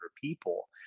people